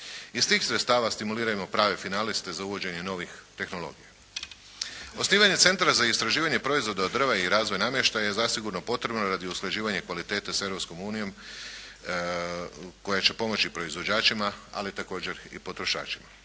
Iz tih sredstva stimulirajmo prave finaliste za uvođenje novih tehnologija. Osnivanje Centra za istraživanje proizvoda od drva i razvoj namještaja je zasigurno potrebno radi usklađivanja kvalitete s Europskom unijom koja će pomoći proizvođačima ali također i potrošačima.